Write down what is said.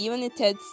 United